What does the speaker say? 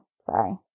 Sorry